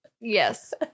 Yes